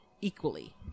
equally